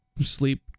sleep